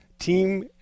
Team